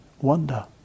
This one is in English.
wonder